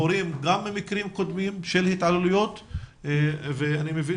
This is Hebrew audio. הורים למקרים קודמים של התעללויות ואני מבין